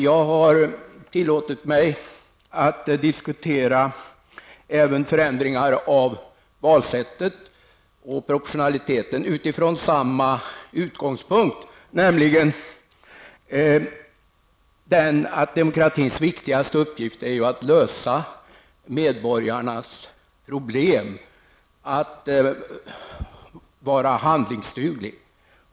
Jag har tillåtit mig att diskutera även förändringar av valsättet och proportionaliteten från samma utgångspunkt, nämligen den att demokratins viktigaste uppgift är att lösa medborgarnas problem, att vara handlingsduglig.